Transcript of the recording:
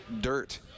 dirt